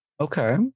Okay